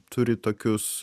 turi tokius